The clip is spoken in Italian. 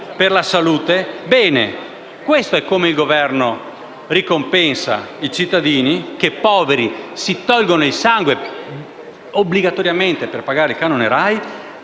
per la salute? Bene, questo è come il Governo ricompensa i cittadini che - poveri - si tolgono il sangue obbligatoriamente per pagare il canone RAI,